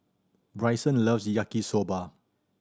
Brycen loves Yaki Soba